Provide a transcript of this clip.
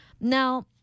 Now